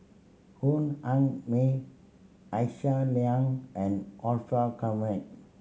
Hoon An May Aisyah Lyana and Orfeur Convent